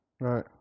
Right